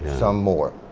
some more.